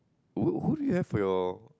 who who do you have for your